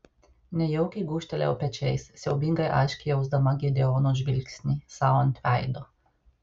nejaukiai gūžtelėjau pečiais siaubingai aiškiai jausdama gideono žvilgsnį sau ant veido